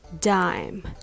dime